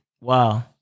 Wow